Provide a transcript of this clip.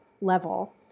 level